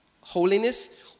holiness